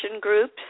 groups